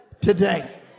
today